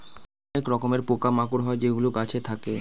অনেক রকমের পোকা মাকড় হয় যেগুলো গাছে থাকে